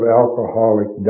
alcoholic